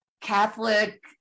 Catholic